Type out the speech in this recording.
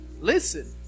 Listen